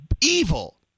evil